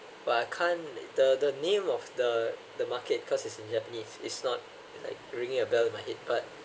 but I can't the the name of the the market cause it's in japanese it's not like ringing a bell in my head but